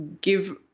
give